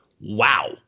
wow